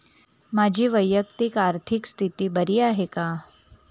माझी वैयक्तिक आर्थिक स्थिती बरी आहे का?